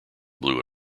blue